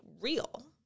real